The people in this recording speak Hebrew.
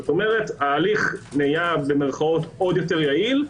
כלומר ההליך נהיה עוד יותר יעיל במירכאות,